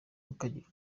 ukagira